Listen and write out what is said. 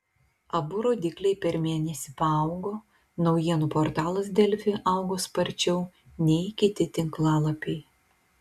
abu rodikliai per mėnesį paaugo naujienų portalas delfi augo sparčiau nei kiti tinklalapiai